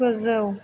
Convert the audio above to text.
गोजौ